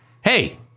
hey